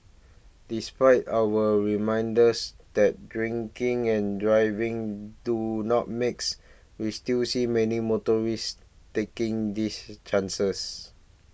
despite our reminders that drinking and driving do not mix we still see many motorists taking these chances